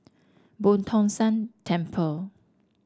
Boo Tong San Temple